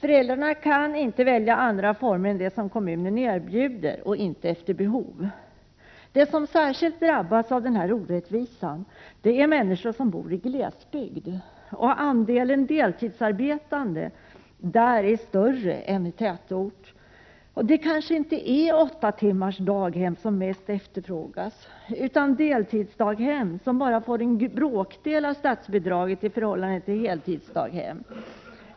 Föräldrarna kaniinte välja andra former än dem som kommunen erbjuder, och de kan inte välja efter behov. De som särskilt drabbas av denna orättvisa är människor som bor i glesbygd. Andelen deltidsarbetande är där större än i tätort. Det kanske inte är daghem som är öppna åtta timmar om dagen som efterfrågas mest, utan deltidsdaghem, vilka bara får en bråkdel av statsbidragen i förhållande till det bidrag heltidsdaghem får.